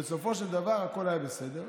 ובסופו של דבר הכול היה בסדר.